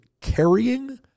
carrying